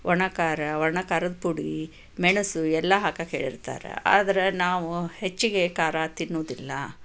ಒಣ ಖಾರ ಒಣ ಖಾರದ ಪುಡಿ ಮೆಣಸು ಎಲ್ಲ ಹಾಕಕ್ಕೆ ಹೇಳಿರ್ತಾರೆ ಆದರೆ ನಾವು ಹೆಚ್ಚಿಗೆ ಖಾರ ತಿನ್ನುವುದಿಲ್ಲ